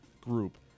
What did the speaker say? group